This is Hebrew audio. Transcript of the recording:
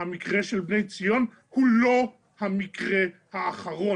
- המקרה של "בני ציון" הוא לא המקרה האחרון.